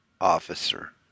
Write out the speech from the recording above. officer